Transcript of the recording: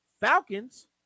Falcons